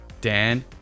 dan